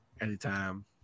anytime